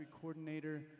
coordinator